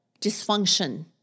dysfunction